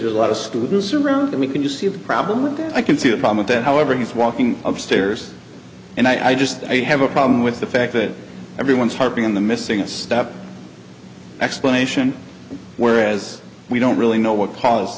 a lot of students around we can just see a problem and then i can see the problem with that however he's walking upstairs and i just i have a problem with the fact that everyone's harping on the missing it stop explanation whereas we don't really know what caused